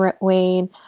Wayne